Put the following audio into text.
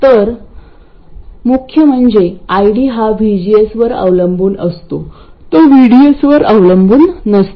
तर मुख्य म्हणजे ID हा VGS वर अवलंबून असतो तो VDS वर अवलंबून नसतो